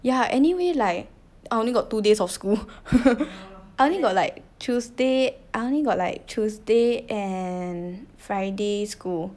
yeah anyway like I only got two days of school I only got like tuesday I only got like tuesday and friday school